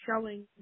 showing